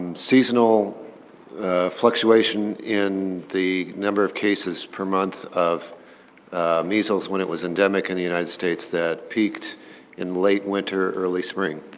um seasonal fluctuation in the number of cases per month of measles when it was endemic in the united states that peaked in late winter, early spring.